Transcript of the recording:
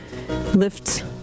lift